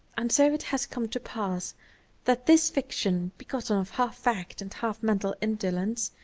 and so it has come to pass that this fiction, begotten of half fact and half mental indolence,